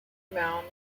mound